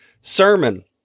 sermon